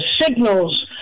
signals